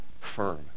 firm